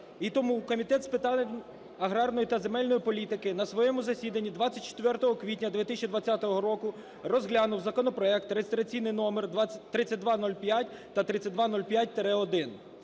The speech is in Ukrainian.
і тому Комітет з питань аграрної та земельної політики на своєму засіданні 24 квітня 2020 року розглянув законопроект (реєстраційний номер 3205 та 3205-1),